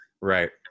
Right